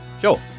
Sure